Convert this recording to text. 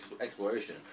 exploration